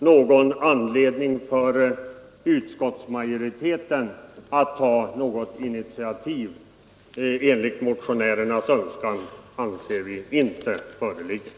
Någon anledning för utskottsmajoriteten att ta något initiativ enligt motionärernas önskan anser vi inte föreligga.